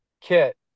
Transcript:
kit